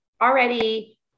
already